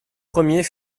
premiers